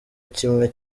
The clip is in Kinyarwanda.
kimwe